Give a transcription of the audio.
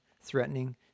threatening